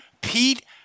Pete